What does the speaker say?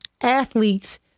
athletes